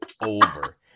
over